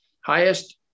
Highest